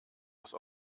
das